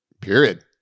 period